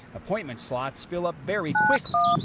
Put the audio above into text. appointment slots fill up very quickly.